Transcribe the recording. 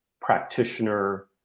practitioner